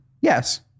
Yes